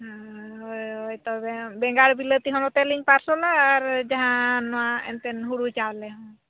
ᱦᱳᱭ ᱛᱚᱵᱮ ᱵᱮᱸᱜᱟᱲ ᱵᱤᱞᱟᱹᱛᱤ ᱦᱚᱸ ᱱᱚᱛᱮᱞᱤᱧ ᱯᱟᱨᱥᱚᱞᱟ ᱟᱨ ᱡᱟᱦᱟᱸ ᱱᱚᱣᱟ ᱮᱱᱛᱮᱫ ᱦᱳᱲᱳ ᱪᱟᱣᱞᱮ ᱦᱚᱸ